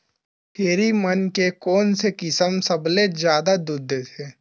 छेरी मन के कोन से किसम सबले जादा दूध देथे?